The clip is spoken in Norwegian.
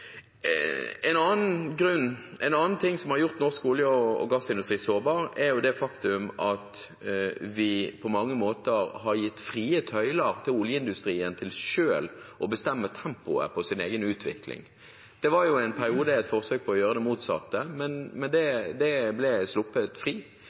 En annen ting som har gjort norsk olje- og gassindustri sårbar, er det faktum at vi på mange måter har gitt frie tøyler til oljeindustrien til selv å bestemme tempoet i sin egen utvikling. Det var en periode et forsøk på å gjøre det motsatte, men